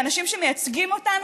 שאנשים שמייצגים אותנו,